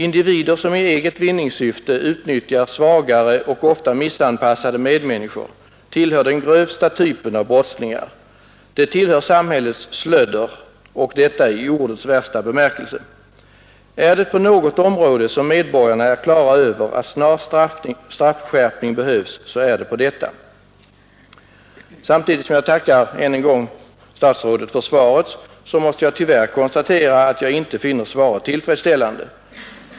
Individer som i eget vinningssyfte utnyttjar svagare och ofta missanpassade medmänniskor tillhör den grövsta typen av brottslingar. De tillhör samhällets slödder, och detta i ordets värsta bemärkelse. Är det på något område som medborgarna är klara över att snar straffskärpning behövs så är det på detta. Samtidigt som jag än en gång tackar statsrådet för svaret måste jag tyvärr konstatera att jag inte finner svaret tillfredsställande.